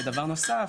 ודבר נוסף,